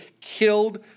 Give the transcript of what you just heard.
killed